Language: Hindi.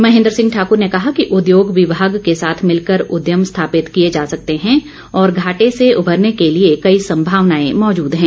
महेन्द्र सिंह ठाक्र ने कहा कि उद्योग विभाग के साथ मिलकर उद्यम स्थापित किए जा सकते हैं और घाटे से उभरने के लिए कई सम्भावनाएं मौजूद हैं